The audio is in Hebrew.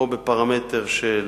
בפרמטר של